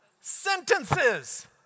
Sentences